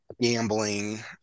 gambling